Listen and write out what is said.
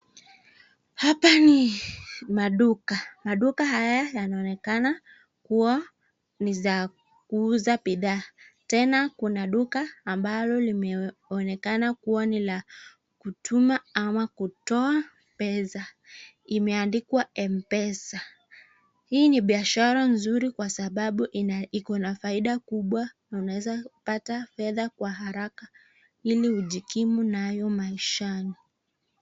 Hapa ni maduka, maduka haya yanaoneka kuwa ni za kuuza bidhaa tena kuna duka ambalo limeonekana kuwa ni la kutuma au kutoa pesa imeandikwa Mpesa. Hii ni biashara mzuri kwa sababu iko na faida kubwa na unaweza fedha kwa haraka ili ujikimu nayo maishani.